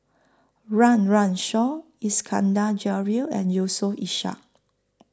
Run Run Shaw Iskandar Jalil and Yusof Ishak